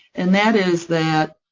and that is that